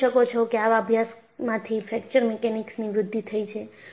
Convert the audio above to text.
તમે જોઈ શકો છો કે આવા અભ્યાસમાંથી ફ્રેક્ચર મિકેનિક્સની વૃદ્ધિ થઈ છે